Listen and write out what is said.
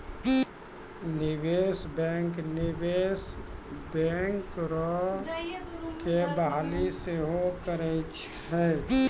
निवेशे बैंक, निवेश बैंकरो के बहाली सेहो करै छै